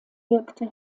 wirkte